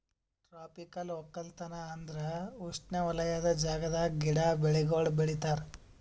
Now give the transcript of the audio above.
tropical ಒಕ್ಕಲತನ ಅಂದುರ್ ಉಷ್ಣವಲಯದ ಜಾಗದಾಗ್ ಗಿಡ, ಬೆಳಿಗೊಳ್ ಬೆಳಿತಾರ್